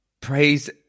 Praise